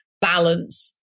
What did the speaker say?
balance